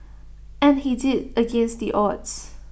and he did against the odds